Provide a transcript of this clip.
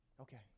Okay